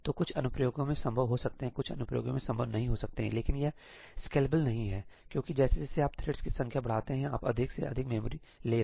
तो कुछ अनुप्रयोगों में संभव हो सकते हैं कुछ अनुप्रयोगों में संभव नहीं हो सकते हैं लेकिन यह स्केलेबल नहीं हैसही क्योंकि जैसे जैसे आप थ्रेड्स की संख्या बढ़ाते हैं आप अधिक से अधिक मेमोरी ले रहे हैं